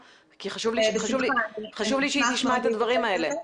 חשוב לי שהיא תשמע את הדברים האלה.